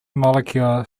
molecular